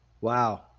Wow